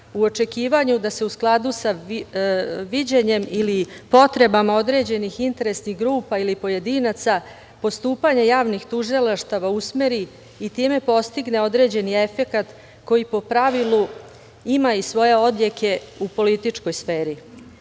u očekivanju da se u skladu sa viđenjem ili potrebama određenih interesnih grupa ili pojedinaca postupanja javnih tužilaštava usmeri i time postigne određeni efekat koji po pravilu ima i svoje odjeke u političkoj